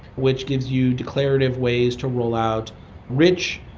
which gives you declarative ways to roll out rich,